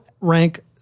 rank